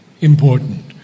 important